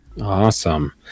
Awesome